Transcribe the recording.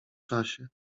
czasie